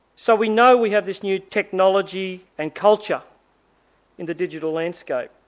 so we know we have this new technology and culture in the digital landscape.